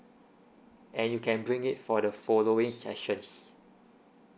and you can bring it for the following sessions